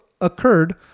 occurred